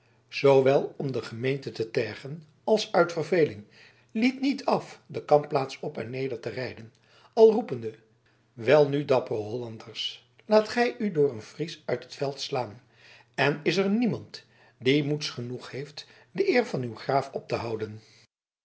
zoowel om de gemeente te tergen als uit verveling liet niet af de kampplaats op en neder te rijden al roepende welnu dappere hollanders laat gij u door een fries uit het veld slaan en is er niemand die moeds genoeg heeft de eer van uw graaf op te houden